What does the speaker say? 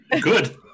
Good